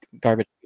garbage